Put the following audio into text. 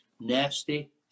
nasty